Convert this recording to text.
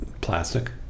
Plastic